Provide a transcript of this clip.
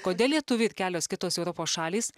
kodėl lietuviai ir kelios kitos europos šalys